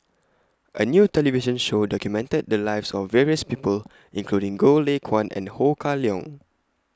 A New television Show documented The Lives of various People including Goh Lay Kuan and Ho Kah Leong